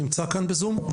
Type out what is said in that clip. הוא נמצא כאן בזום?